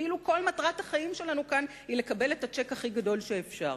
כאילו כל מטרת החיים שלנו כאן היא לקבל את הצ'ק הכי גדול שאפשר.